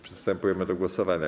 Przystępujemy do głosowania.